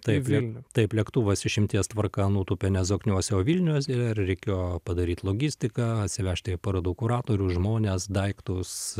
taip vilniuje taip lėktuvas išimties tvarka nutūpė ne zokniuose o vilniaus ir reikėjo padaryt logistiką atsivežti parodų kuratorių žmones daiktus